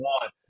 one